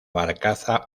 barcaza